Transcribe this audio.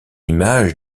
image